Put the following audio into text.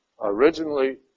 originally